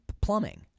plumbing